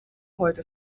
heute